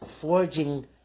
forging